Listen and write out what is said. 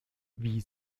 wie